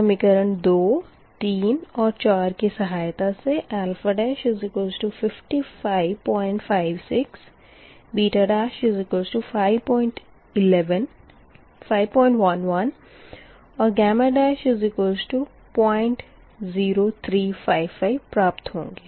समीकरण 2 3 और 4 की सहायता सेα' 5556 β'511 और γ'00355 प्राप्त होंगे